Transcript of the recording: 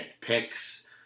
picks